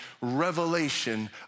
revelation